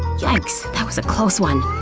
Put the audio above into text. yikes! that was a close one.